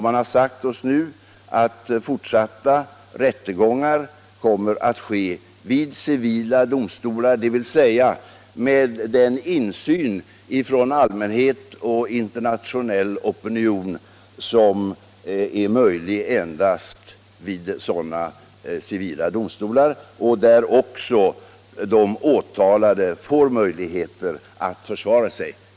Man har sagt oss nu att rättegångar i fortsättningen kommer att äga rum vid civila domstolar, dvs. med den insyn från allmänhet och internationell opinion som är möjlig endast vid sådana civila domstolar och där också de åtalade får möjligheter att försvara sig.